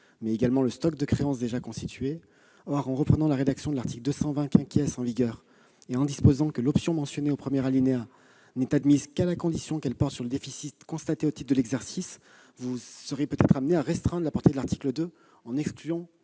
mais également le stock de créances déjà constitué. Or, en reprenant la rédaction de l'article 220 en vigueur et en disposant que l'option mentionnée au premier alinéa n'est admise qu'à la condition qu'elle porte sur le déficit constaté au titre de l'exercice, vous serez peut-être amenée à restreindre la portée de l'article 2 en excluant